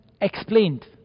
explained